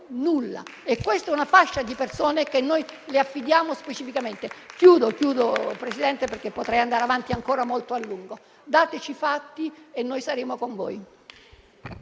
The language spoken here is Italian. Questa è una fascia di persone, Ministro, che noi le affidiamo specificamente. Concludo, signor Presidente, perché potrei andare avanti ancora molto a lungo: dateci fatti e saremo con voi.